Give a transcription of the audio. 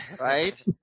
right